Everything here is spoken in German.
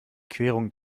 querung